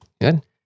good